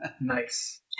nice